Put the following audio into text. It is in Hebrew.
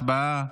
הצבעה.